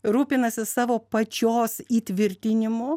rūpinasi savo pačios įtvirtinimu